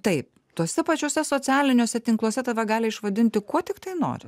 taip tuose pačiuose socialiniuose tinkluose tave gali vadinti kuo tiktai nori